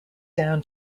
down